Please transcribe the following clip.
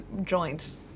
joint